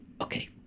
okay